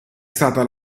stata